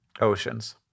Oceans